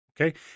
Okay